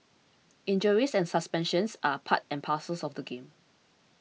injuries and suspensions are part and parcels of the game